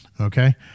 Okay